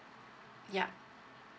yup